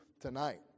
tonight